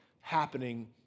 happening